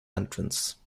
entrance